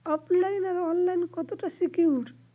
ওফ line আর online কতটা secure?